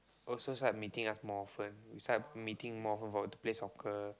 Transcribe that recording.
also start meeting us more often we start meeting more often to play soccer